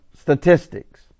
statistics